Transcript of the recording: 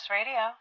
Radio